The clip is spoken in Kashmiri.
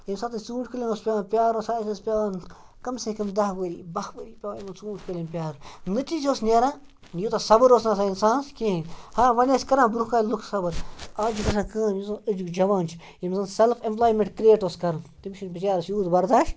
ییٚمہِ ساتہٕ اَسہِ ژوٗنٛٹھۍ کُلٮ۪ن اوس پیٚوان پیارُن اَسہِ اوس پٮ۪وان کَم سے کَم دَہ ؤری بہہ ؤری پیٚوان یِمَن ژوٗنٛٹھۍ کُلٮ۪ن پیار نٔتیٖجہ اوس نیران یوٗتاہ صبَر اوس نہٕ آسان اِنسانَس کِہیٖنۍ ہاں وَنۍ ٲسۍ کَران برونٛہہ کالہِ لُکھ صبر اَز چھِ گژھان کٲم یُس زَن أزیُک جَوان چھِ یِم زَن سیٚلف ایٚمپلایمٮ۪نٛٹ کرٛیٹ اوس کَرُن تٔمِس چھِنہٕ بِچارَس یوٗت بَرداش